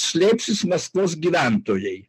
slėpsis maskvos gyventojai